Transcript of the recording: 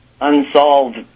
unsolved